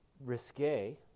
risque